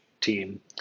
team